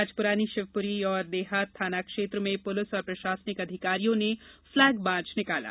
आज प्रानी शिवपुरी और देहात थाना क्षेत्र में पुलिस और प्रशासनिक अधिकारियों ने फ़्लेग मार्च निकाला गया